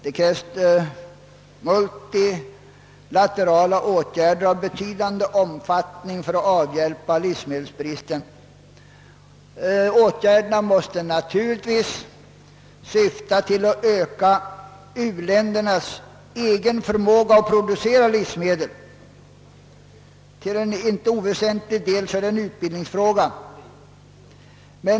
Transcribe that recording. Det krävs multilaterala åtgärder av betydande omfattning för att avhjälpa livsmedelsbristen. Åtgärderna måste naturligtvis syfta till att öka u-ländernas egen förmåga att producera livsmedel. Till en inte oväsentlig del är detta en fråga om utbildning.